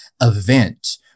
event